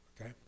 Okay